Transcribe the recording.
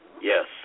Yes